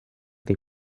they